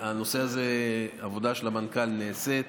העבודה של המנכ"ל נעשית